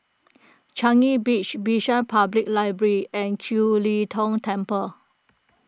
Changi Beach Bishan Public Library and Kiew Lee Tong Temple